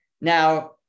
Now